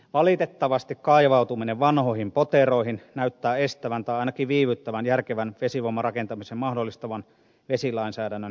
valitettavasti kaivautuminen vanhoihin poteroihin näyttää estävän järkevän vesivoiman rakentamisen mahdollistavan vesilainsäädännön toteuttamisen tai ainakin viivyttävän sitä